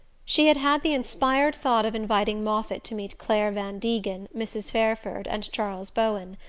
she had had the inspired thought of inviting moffatt to meet clare van degen, mrs. fairford and charles bowen.